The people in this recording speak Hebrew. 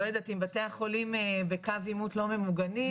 לא יודעת אם בתי החולים בקו עימות לא ממוגנים.